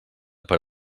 per